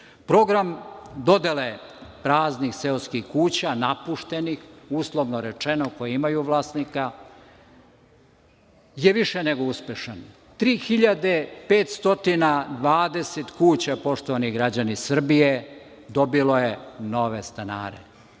Program dodele praznih seoskih kuća, napuštenih, uslovno rečeno, koje imaju vlasnika je više nego uspešan – 3.520 kuća, poštovani građani Srbije, dobilo je nove stanare.